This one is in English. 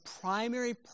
primary